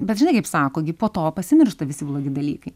bet žinai kaip sako gi po to pasimiršta visi blogi dalykai